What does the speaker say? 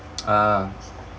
ah